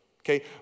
Okay